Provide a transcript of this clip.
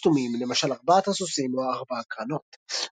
וסתומים, למשל ארבעת הסוסים או ארבע הקרנות.